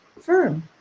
firm